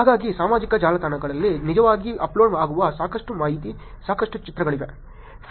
ಹಾಗಾಗಿ ಸಾಮಾಜಿಕ ಜಾಲತಾಣಗಳಲ್ಲಿ ನಿಜವಾಗಿ ಅಪ್ಲೋಡ್ ಆಗುವ ಸಾಕಷ್ಟು ಮಾಹಿತಿ ಸಾಕಷ್ಟು ಚಿತ್ರಗಳಿವೆ